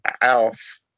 Elf